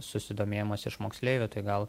susidomėjimas iš moksleivių tai gal